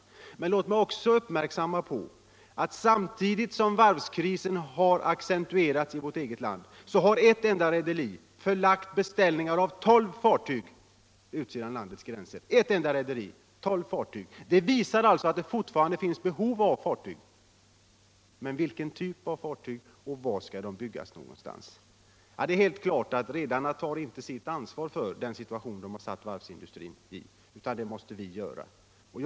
Tisdagen den Låt mig också fästa uppmärksamheten på att samtidigt som varvskrisen 16 november 1976 har accentuerats i vårt eget land har ett enda rederi förlagt beställningar I på tolv fartyg utanför landets gränser. Det visar alltså på att det fortfarande — Om varvsindustrins finns behov av fartyg. Men vilken typ av fartyg gäller det och var skall — problem de byggas någonstans? Det är helt klart att redarna inte tarsitt ansvar för den situation som de försatt varvsindustrin i, utan det måste vi politiker göra.